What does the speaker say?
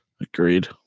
Agreed